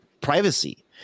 privacy